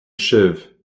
sibh